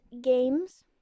games